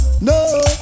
no